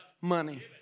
money